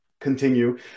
continue